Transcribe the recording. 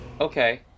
Okay